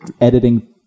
editing